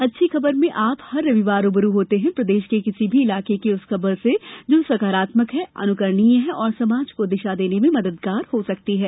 अच्छी खबरमें आप हर रविवार रूबरू होते हैं प्रदेश के किसी भी इलाके की उस खबर से जो सकारात्मक है अनुकरणीय है और समाज को दिशा देने में मददगार हो सकती है